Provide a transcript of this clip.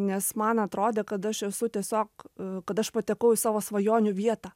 nes man atrodė kad aš esu tiesiog kad aš patekau į savo svajonių vietą